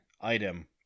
item